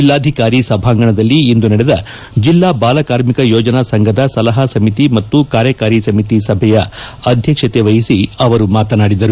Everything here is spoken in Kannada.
ಜಲ್ಲಾಧಿಕಾರಿ ಸಭಾಂಗಣದಲ್ಲಿ ಇಂದು ನಡೆದ ಜಿಲ್ಲಾ ಬಾಲಕಾರ್ಮಿಕ ಯೋಜನಾ ಸಂಘದ ಸಲಹಾ ಸಮಿತಿ ಮತ್ತು ಕಾರ್ಯಕಾರಿ ಸಮಿತಿ ಸಭೆಯ ಅಧ್ಯಕ್ಷತೆ ವಹಿಸಿ ಅವರು ಮಾತನಾಡಿದರು